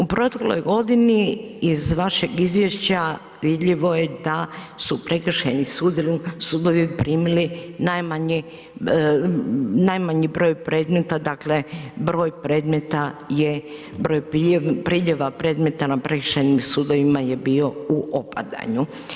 U protekloj godini iz vašeg izvješća vidljivo je da su prekršajni sudovi primili najmanji, najmanji broj predmeta dakle broj predmeta je, broj priljeva predmeta na prekršajnim sudovima je bio u opadanju.